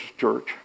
church